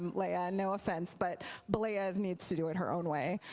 leia. no offense but b'leia needs to do it her own way.